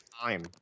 time